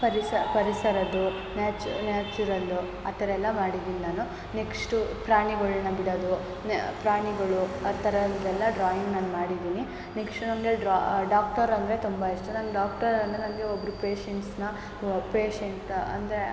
ಪರಿಸ ಪರಿಸರದ್ದು ನ್ಯಾಚ್ ನ್ಯಾಚುರಲ್ಲು ಆ ಥರ ಎಲ್ಲ ಮಾಡಿದ್ದೀನ್ ನಾನು ನೆಕ್ಷ್ಟು ಪ್ರಾಣಿಗಳ್ನ ಬಿಡೋದು ಪ್ರಾಣಿಗಳು ಆ ಥರದ್ದೆಲ್ಲ ಡ್ರಾಯಿಂಗ್ ನಾನು ಮಾಡಿದೀನಿ ನೆಕ್ಷ್ಟು ನನಗೆ ಡಾಕ್ಟರ್ ಅಂದರೆ ತುಂಬ ಇಷ್ಟ ನನ್ಗೆ ಡಾಕ್ಟರ್ ಅಂದರೆ ನನಗೆ ಒಬ್ಬರು ಪೇಷೆಂಟ್ಸನ್ನು ಓ ಪೇಷೆಂಟ್ ಅಂದರೆ